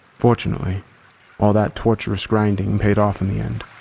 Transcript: fortunately all that torturous grinding paid off in the end.